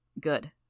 Good